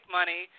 money